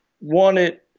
wanted